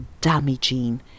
damaging